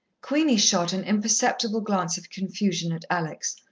queenie shot an imperceptible glance of confusion at alex,